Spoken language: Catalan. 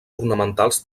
ornamentals